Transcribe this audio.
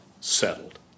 Settled